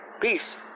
peace